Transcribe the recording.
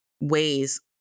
ways